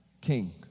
king